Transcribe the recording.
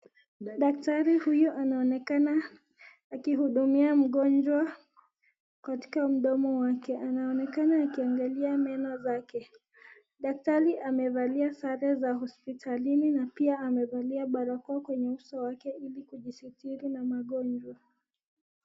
Daktari huyu anaonekana akihudumia mgonjwa katika mdomo wake. Anaonekana akiangalia meno zake. Daktari amevalia sare za hosipitalini na pia amevalia barakoa kwenye uso wake, ili kujisitiri na magonjwa.